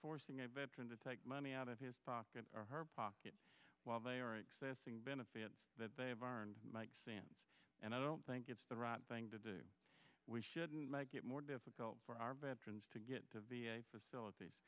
forcing a veteran to take money out of his pocket or her pocket while they are accessing benefits that they have aren't and i don't think it's the right thing to do we shouldn't make it more difficult for our veterans to get to v a facilities